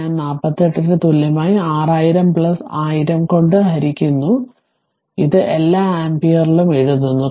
ഞാൻ 48 ന് തുല്യമായി 6000 10000 കൊണ്ട് ഹരിക്കുന്നു ഇത് എല്ലാ ആമ്പിയറിലും എഴുതുന്നു